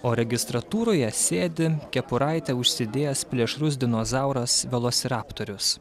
o registratūroje sėdi kepuraitę užsidėjęs plėšrus dinozauras velosiraptorius